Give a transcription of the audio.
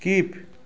keep